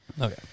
Okay